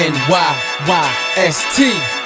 N-Y-Y-S-T